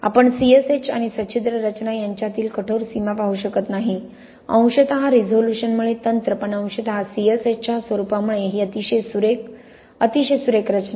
आपण सीएसएच आणि सच्छिद्र रचना यांच्यातील कठोर सीमा पाहू शकत नाही अंशतः रिझोल्यूशनमुळे तंत्र पण अंशतः CSH च्या स्वरूपामुळे ही अतिशय सुरेख अतिशय सुरेख रचना आहे